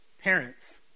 Parents